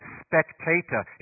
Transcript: spectator